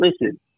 Listen